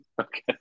Okay